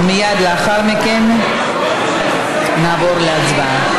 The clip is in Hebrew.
ומייד לאחר מכן נעבור להצבעה,